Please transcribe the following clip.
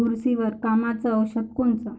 बुरशीवर कामाचं औषध कोनचं?